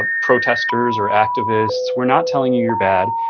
ah protesters or activists. we're not telling you you're bad.